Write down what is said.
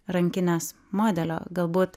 rankinės modelio galbūt